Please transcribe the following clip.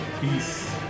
Peace